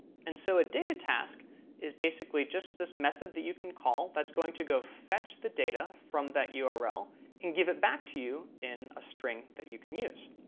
and so a data task is basically just this method that you can call that's going to go fetch the data from that ah url and give it back to you in a string that you can use.